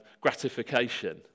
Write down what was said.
gratification